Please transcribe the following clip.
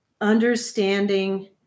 understanding